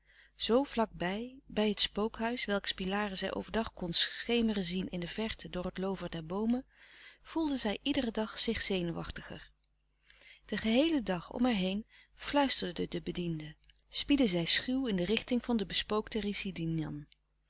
vlak bij bij het spookhuis welks pilaren zij overdag kon schemeren zien in de verte door het loover der boomen voelde zij iederen dag zich zenuwachtiger den geheelen dag om haar heen fluisterden de bedienden spiedden zij schuw in de richting van de bespookte residinân